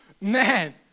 man